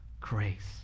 grace